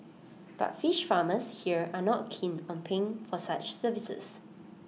but fish farmers here are not keen on paying for such services